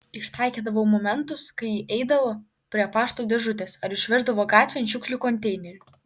ištaikydavau momentus kai ji eidavo prie pašto dėžutės ar išveždavo gatvėn šiukšlių konteinerį